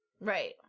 Right